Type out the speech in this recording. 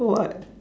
for what